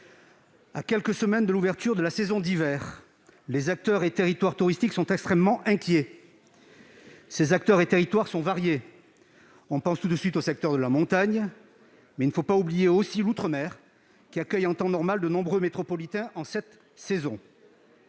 À quelques semaines de l'ouverture de la saison d'hiver, les acteurs et territoires touristiques sont extrêmement inquiets. Ces acteurs et territoires sont variés : on pense tout de suite au secteur de la montagne, mais n'oublions pas l'outre-mer, qui accueille, en cette saison et en temps normal, de nombreux métropolitains. La montagne